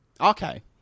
Okay